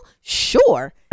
Sure